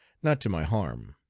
not to my harm.